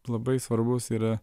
labai svarbus yra